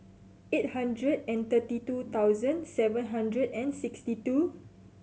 eight hundred and thirty two thousand seven hundred and sixty two